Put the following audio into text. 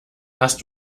hast